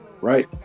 right